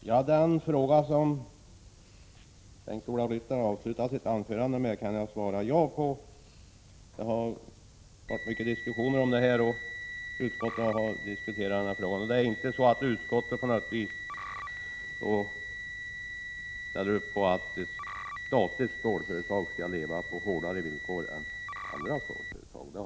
Fru talman! Den fråga som Bengt-Ola Ryttar avslutade sitt anförande med kan jag svara ja på. Utskottet har diskuterat frågan och ställer inte på något vis upp på att ett statligt stålföretag skall leva på hårdare villkor än andra stålföretag.